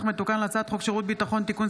מתוקן להצעת חוק שירות ביטחון (תיקון,